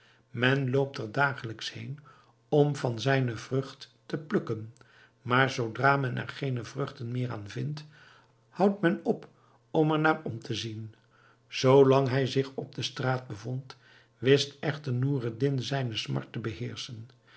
men loopt er dagelijks heen om van zijne vrucht te plukken maar zoodra men er geene vruchten meer aan vindt houdt men op er naar om te zien zoo lang hij zich op straat bevond wist echter noureddin zijne smart te beheerschen